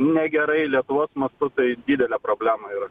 negerai lietuvos mastu tai didelė problema yra